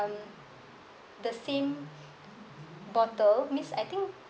the same bottle means I think